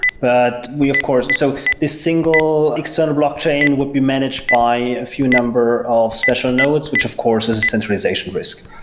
but we of course so this single like sort of blockchain will be managed by a few number of special nodes, which of course is a centralization risk.